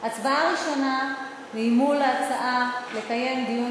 הצבעה ראשונה היא על ההצעה לקיים דיון